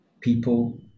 people